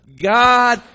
God